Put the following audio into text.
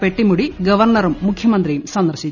പെട്ടിമുടി ഗവർണറും മുഖ്യമന്ത്രിയും സന്ദർശിച്ചു